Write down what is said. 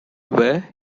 were